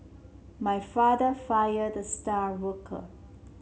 my father fired the star worker